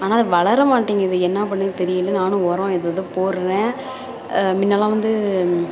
ஆனால் அது வளர மாட்டேங்கிது என்ன பண்ணுறது தெரியிலை நானும் உரோம் எதை ஏதோ போடுறேன் முன்னலாம் வந்து